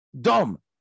Dom